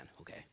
okay